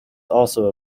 also